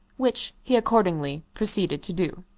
which he accordingly proceeded to do.